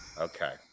okay